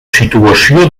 situació